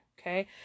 Okay